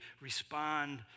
respond